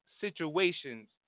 situations